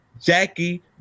Jackie